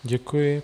Děkuji.